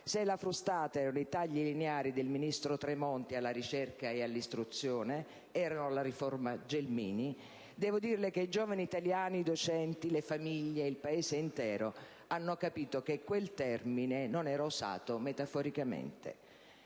Se la frustata erano i tagli lineari del ministro Tremonti alla ricerca e all'istruzione e la riforma Gelmini, devo dirle che i giovani italiani, i docenti, le famiglie e il Paese intero hanno capito che quel termine non era usato metaforicamente.